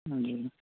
جی